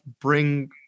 bring